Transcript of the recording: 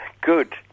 Good